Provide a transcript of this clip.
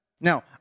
Now